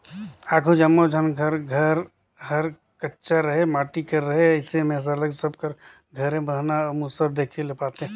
आघु जम्मो झन कर घर हर कच्चा रहें माटी कर रहे अइसे में सरलग सब कर घरे बहना अउ मूसर देखे ले पाते